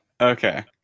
Okay